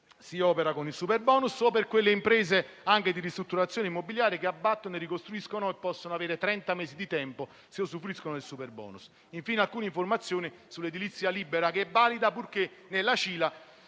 si opera con il superbonus. Le imprese anche di ristrutturazioni immobiliari che abbattono e ricostruiscono possono avere trenta mesi di tempo se usufruiscono del superbonus. Infine, vi sono alcune informazioni sull'edilizia libera, che è valida purché nella CILA